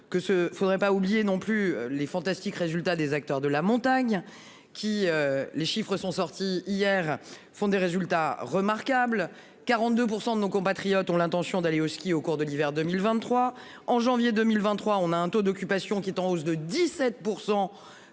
que ce faudrait pas oublier non plus les fantastiques. Résultat, des acteurs de la montagne qui les chiffres sont sortis hier font des résultats remarquables. 42% de nos compatriotes ont l'intention d'aller au ski au cours de l'hiver 2023. En janvier 2023, on a un taux d'occupation qui est en hausse de 17%